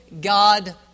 God